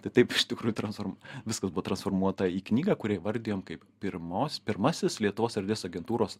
tai taip iš tikrųjų transform viskas buvo transformuota į knygą kurią įvardijom kaip pirmos pirmasis lietuvos erdvės agentūros